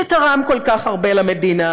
שתרם כל כך הרבה למדינה.